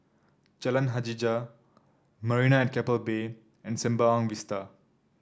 Jalan Hajijah Marina at Keppel Bay and Sembawang Vista